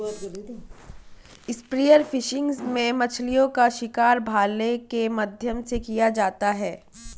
spear fishing में मछलीओं का शिकार भाले के माध्यम से किया जाता है